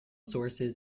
sources